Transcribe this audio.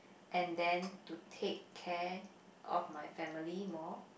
and then to take care of my family more